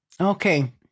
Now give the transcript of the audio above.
Okay